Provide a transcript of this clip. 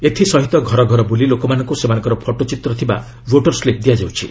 ଏଥିସହିତ ଘର ଘର ବୁଲି ଲୋକମାନଙ୍କୁ ସେମାନଙ୍କ ଫଟୋଚିତ୍ର ଥିବା ଭୋଟର୍ ସ୍ଲିପ୍ ଦିଆଯାଉଛି